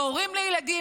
והורים לילדים,